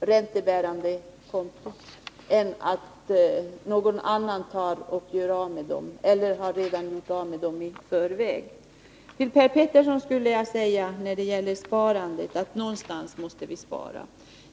räntebärande på banken än att någon annan gör av med pengarna eller redan i förväg har gjort av med dem. Till Per Petersson vill jag säga när det gäller sparandet, att någonstans måste vi spara.